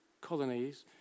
colonies